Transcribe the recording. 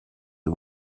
the